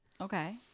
okay